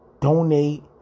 Donate